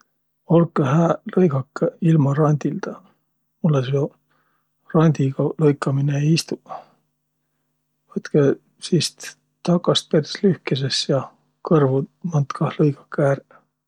Oiq, seod um külh väega kurb kuuldaq! Andkõq andis! Tuu teile vahtsõ söögi.